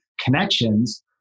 connections